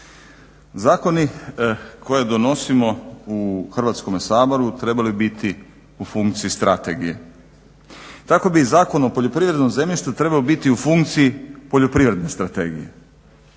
Zakoni koje donosimo u Hrvatskome saboru trebali bi biti u funkciji strategije. Tako bi i Zakon o poljoprivrednom zemljištu trebao biti u funkciji poljoprivredne strategije.